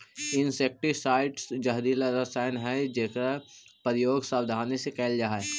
insecticides जहरीला रसायन हई जेकर प्रयोग सावधानी से कैल जा हई